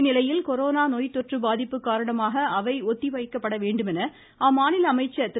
இந்நிலையில் கொரோனா நோய் தொற்று பாதிப்பு காரணமாக அவை ஒத்திவைக்கப்பட வேண்டுமென அம்மாநில அமைச்சர் திரு